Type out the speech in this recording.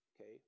okay